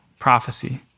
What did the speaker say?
prophecy